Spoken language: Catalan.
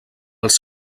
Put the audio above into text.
als